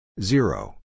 zero